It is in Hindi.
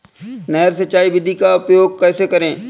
नहर सिंचाई विधि का उपयोग कैसे करें?